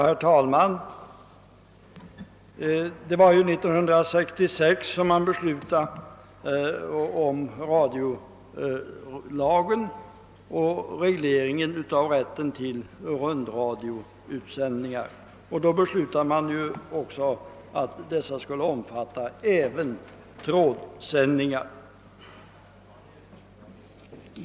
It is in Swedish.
Herr talman! År 1966 tillkom radiolagen och regleringen av rätten till rundradioutsändningar. Man beslöt då att dessa skulle omfatta även trådsändningar.